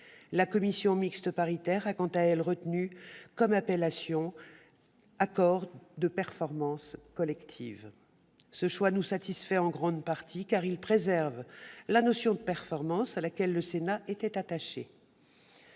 La commission mixte paritaire, quant à elle, a retenu l'appellation d'« accord de performance collective ». Ce choix nous satisfait en grande partie, car il préserve la notion de performance, à laquelle le Sénat était attaché.